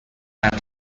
قطعا